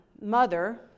mother